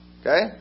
Okay